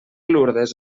lourdes